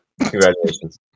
Congratulations